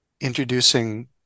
introducing